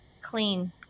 clean